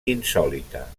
insòlita